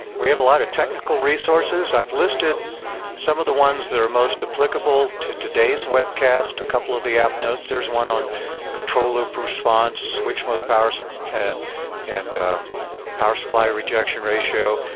we have a lot of technical resources. i've listed some of the ones that are most applicable to today's webcast, a couple of the app notes. there's one on control loop response, switch mode power supply so and and power supply rejection ratio.